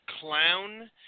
clown